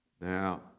Now